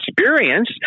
experience